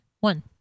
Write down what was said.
one